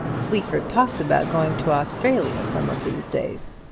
sleaford talks about going to australia some of these days.